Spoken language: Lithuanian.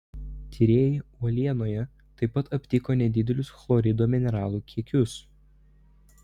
tyrėjai uolienoje taip pat aptiko nedidelius chlorido mineralų kiekius